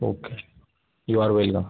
okay you are welcome